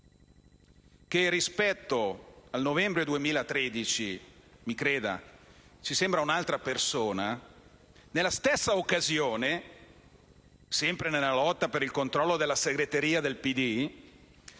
che rispetto al novembre 2013 - mi creda - ci sembra un'altra persona, nella stessa occasione, sempre nella lotta per il controllo della segreteria del PD,